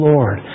Lord